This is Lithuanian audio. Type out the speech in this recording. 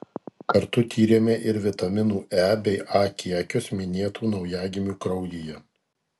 kartu tyrėme ir vitaminų e bei a kiekius minėtų naujagimių kraujyje